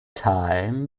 time